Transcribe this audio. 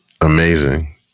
Amazing